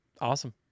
Awesome